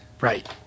Right